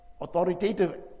authoritative